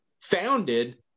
founded